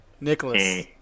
Nicholas